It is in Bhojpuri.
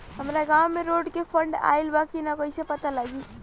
हमरा गांव मे रोड के फन्ड आइल बा कि ना कैसे पता लागि?